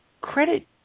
credit